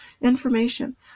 information